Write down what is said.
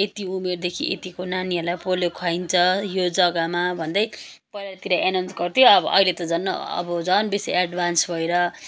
यति उमेरदेखि यतिको नानीहरूलाई पोलियो खुवाइन्छ यो जग्गामा भन्दै पहिलातिर एनाउन्स गर्थ्यो अब अहिले त झन् अब झन् बेसी एड्भान्स भएर